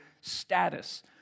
status